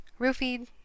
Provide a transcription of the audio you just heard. roofied